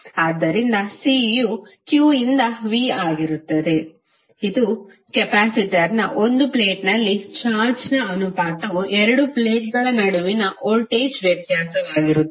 ಆದ್ದರಿಂದ C ಯು q ಯಿಂದ V ಆಗಿರುತ್ತದೆ ಇದು ಕೆಪಾಸಿಟರ್ನ 1 ಪ್ಲೇಟ್ನಲ್ಲಿ ಚಾರ್ಜ್ನ ಅನುಪಾತವು ಎರಡು ಪ್ಲೇಟ್ಗಳ ನಡುವಿನ ವೋಲ್ಟೇಜ್ ವ್ಯತ್ಯಾಸವಾಗಿರುತ್ತದೆ